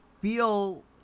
feel